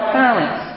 parents